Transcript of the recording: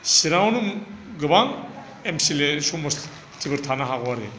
सिराङावनो गोबां M C L A समस्थिफोर थानो हागौ आरो